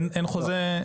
אין חוזה?